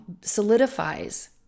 solidifies